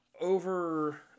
over